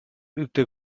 übte